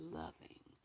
loving